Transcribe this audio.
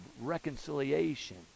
reconciliation